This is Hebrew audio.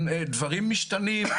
כי דברים משתנים,